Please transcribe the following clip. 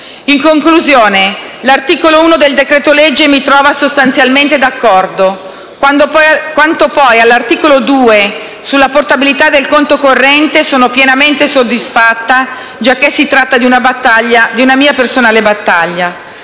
In conclusione, l'articolo 1 del decreto-legge mi trova sostanzialmente d'accordo. Quanto, poi, all'articolo 2, sulla portabilità del conto corrente, sono pienamente soddisfatta, giacché si tratta di una mia personale battaglia.